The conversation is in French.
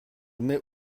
mets